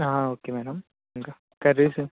okay madam ఇంకా curries